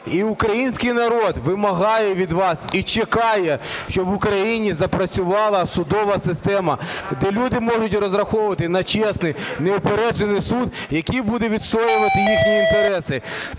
І український народ вимагає від вас і чекає, щоб в Україні запрацювала судова система, де люди можуть розраховувати на чесний, неупереджений суд, який буде відстоювати їхні інтереси.